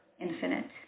infinite